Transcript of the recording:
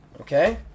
okay